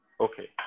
Okay